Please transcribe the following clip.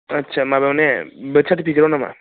आच्चा माबायाव ने बार्थ चार्टिफिकेटाव नामा